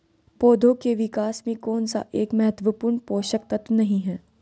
पौधों के विकास में कौन सा एक महत्वपूर्ण पोषक तत्व नहीं है?